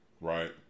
Right